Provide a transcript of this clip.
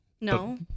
No